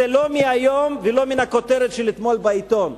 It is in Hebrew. זה לא מהיום ולא מהכותרת של אתמול בעיתון.